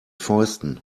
fäusten